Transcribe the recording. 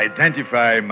Identify